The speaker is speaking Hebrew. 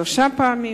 שלוש פעמים,